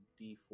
D4